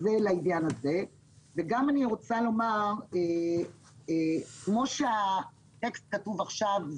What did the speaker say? אני רוצה לומר שכמו שהטקסט כתוב עכשיו,